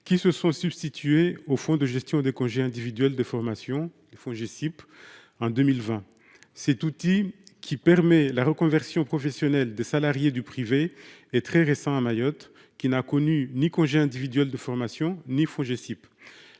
qui se sont substitués aux fonds de gestion de congé individuel de formation, il faut j'ai SIP. En 2020, cet outil qui permet la reconversion professionnelle des salariés du privé est très récent. À Mayotte, qui n'a connu ni congé individuel de formation ni foi je